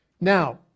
Now